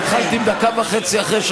צריך להקפיד על הזמן של השרים.